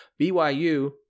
BYU